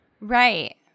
Right